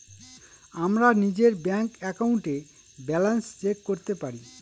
আমরা নিজের ব্যাঙ্ক একাউন্টে ব্যালান্স চেক করতে পারি